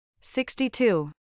Sixty-two